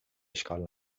اشکال